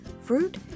fruit